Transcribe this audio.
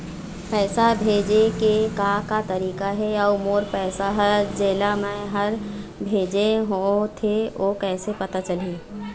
पैसा भेजे के का का तरीका हे अऊ मोर पैसा हर जेला मैं हर भेजे होथे ओ कैसे पता चलही?